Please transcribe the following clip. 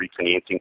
refinancing